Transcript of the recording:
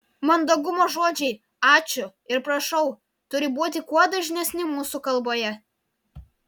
mandagumo žodžiai ačiū ir prašau turi būti kuo dažnesni mūsų kalboje